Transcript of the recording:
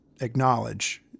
acknowledge